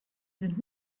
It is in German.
sind